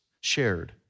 shared